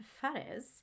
Fares